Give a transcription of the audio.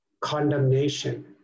condemnation